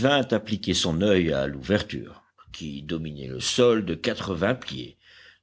vint appliquer son oeil à l'ouverture qui dominait le sol de quatre-vingts pieds